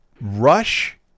Rush